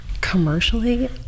commercially